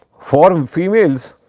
for females,